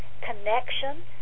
connection